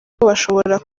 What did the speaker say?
bashobora